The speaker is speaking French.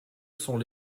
sont